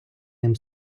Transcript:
ним